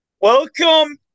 Welcome